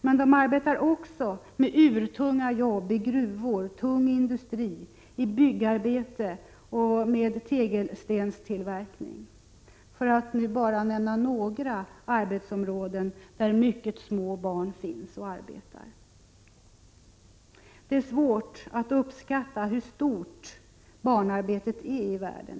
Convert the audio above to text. Men de arbetar också med mycket tunga jobb i gruvor, tung industri, byggarbete och med tegelstenstillverkning — för att nämna bara några arbetsområden där mycket små barn finns och arbetar. Det är svårt att uppskatta hur omfattande barnarbetet är i världen.